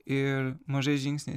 ir mažais žingsniais